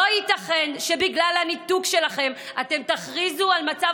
לא ייתכן שבגלל הניתוק שלכם אתם תכריזו על מצב